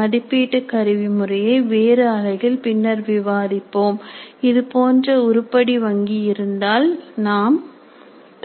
மதிப்பீட்டு கருவி முறையை வேறு அலகில் பின்னர் விவாதிப்போம் இதுபோன்ற உருப்படி வங்கி இருந்தால் நாம்